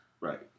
Right